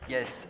Yes